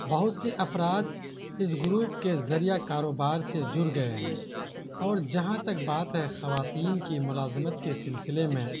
بہت سے افراد اس گروپ کے ذریعہ کاروبار سے جڑ گئے ہیں اور جہاں تک بات ہے خواتین کی ملازمت کے سلسلے میں